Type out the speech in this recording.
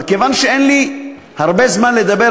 אבל כיוון שאין לי הרבה זמן לדבר,